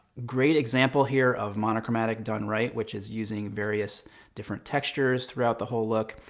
great example here of monochromatic done right, which is using various different textures throughout the whole look.